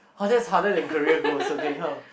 oh that's harder than career goals okay come